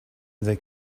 they